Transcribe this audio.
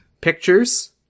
pictures